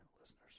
listeners